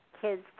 kids